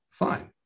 fine